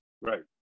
Right